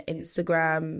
Instagram